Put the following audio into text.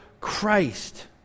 Christ